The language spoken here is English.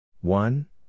One